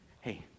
hey